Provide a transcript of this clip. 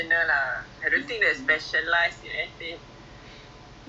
a'ah lah agaknya lah however tak tahu